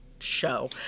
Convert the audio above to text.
show